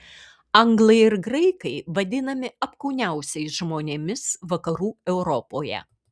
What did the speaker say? anglai ir graikai vadinami apkūniausiais žmonėmis vakarų europoje